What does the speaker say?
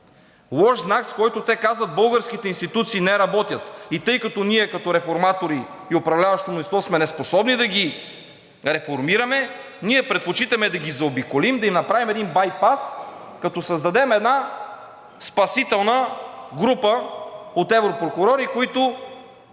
Лош знак, с който те казват – българските институции не работят. И тъй като ние като реформатори и управляващо мнозинство сме неспособни да ги реформираме, ние предпочитаме да ги заобиколим, да им направим един байпас, като създадем една спасителна група от европрокурори, които